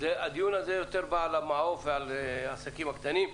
הזה הוא יותר על המעוף ועל העסקים הקטנים.